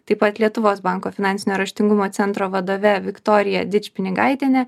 taip pat lietuvos banko finansinio raštingumo centro vadove viktorija dičpinigaitiene